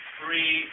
three